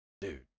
dude